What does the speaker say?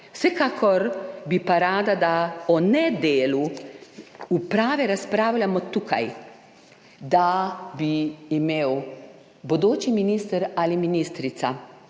Vsekakor bi pa rada, da o nedelu Uprave razpravljamo tukaj, da bi imel bodoči minister ali ministrica